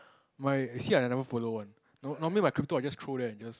my see I never follow one normally my crypto I just throw there and just